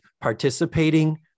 participating